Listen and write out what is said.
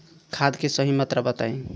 खाद के सही मात्रा बताई?